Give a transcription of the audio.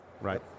Right